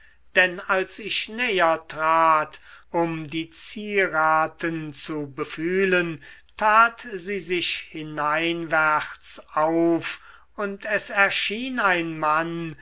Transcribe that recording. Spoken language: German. denn als ich ihr näher trat um die zieraten zu befühlen tat sie sich hineinwärts auf und es erschien ein mann